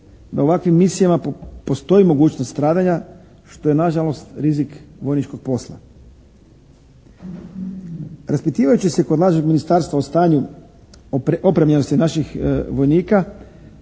da u ovakvim misijama postoji mogućnost stradanja što je nažalost rizik vojničkog posla. Raspitivajući se kod resornog ministarstva o stanju opremljenosti naših vojnika